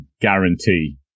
guarantee